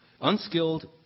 unskilled